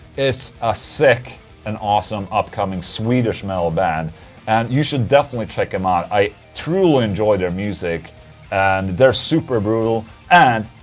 is a sick and awesome upcoming swedish metal band and you should definitely check them out. i truly enjoy their music and they're super brutal and.